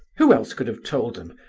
who else could have told them?